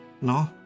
No